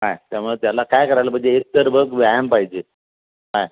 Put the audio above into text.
काय त्यामुळे त्याला काय करायला पाहिजे एकतर बघ व्यायाम पाहिजे काय